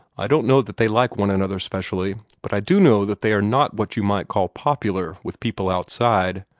i don't know that they like one another specially, but i do know that they are not what you might call popular with people outside.